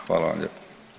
Hvala vam lijepo.